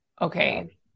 okay